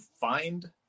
find